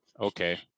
Okay